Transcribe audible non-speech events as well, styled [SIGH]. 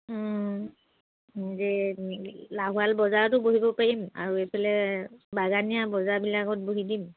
[UNINTELLIGIBLE] লাহোৱাল বজাৰতো বহিব পাৰিম আৰু এইফালে বাগানীয়া বজাৰবিলাকত বহি দিম